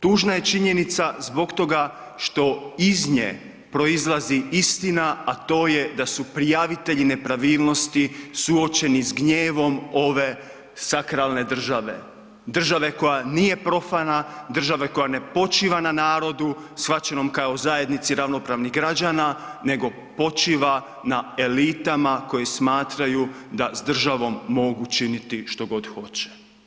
Tužna je činjenica zbog toga što iz nje proizlazi istina, a to je da su prijavitelji nepravilnosti suočeni s gnjevom ove sakralne države, države koja nije profana, država koja ne počiva na narodu shvaćenom kao zajednici ravnopravnih građana, nego počiva na elitama koje smatraju da s državom mogu činiti što god hoće.